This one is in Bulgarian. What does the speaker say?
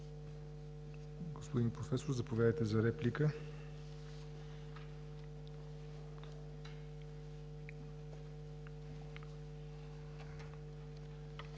Господин Професор, заповядайте за реплика.